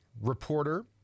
reporter